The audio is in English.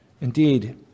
Indeed